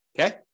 okay